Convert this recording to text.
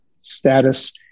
status